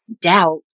Doubt